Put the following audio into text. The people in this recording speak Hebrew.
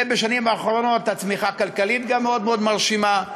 ובשנים האחרונות גם הצמיחה הכלכלית מאוד מאוד מרשימה.